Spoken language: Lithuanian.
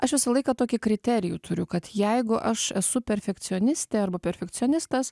aš visą laiką tokį kriterijų turiu kad jeigu aš esu perfekcionistė arba perfekcionistas